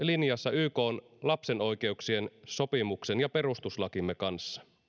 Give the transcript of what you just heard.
linjassa ykn lapsen oikeuksien sopimuksen ja perustuslakimme kanssa